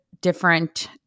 different